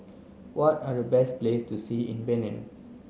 what are the best place to see in Benin